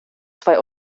zwei